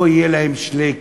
לא יהיה להם שלייקעס.